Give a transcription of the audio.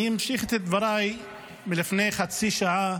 אני אמשיך את דבריי מלפני חצי שעה